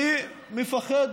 מי מפחד,